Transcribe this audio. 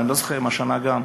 ואני לא זוכר אם השנה גם,